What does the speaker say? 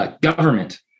Government